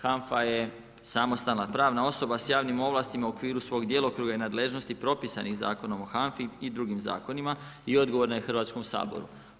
HANFA je samostalna pravna osoba s javnim ovlastima u okviru svog djelovanja i nadležnosti propisanog Zakonom o HANFA-i i drugim zakonima i odgovorna je Hrvatskom saboru.